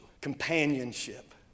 Companionship